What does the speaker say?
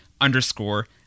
underscore